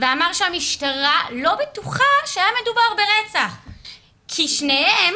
ואמר שהמשטרה לא בטוחה שהיה מדובר ברצח כי שניהם